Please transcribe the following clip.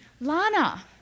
Lana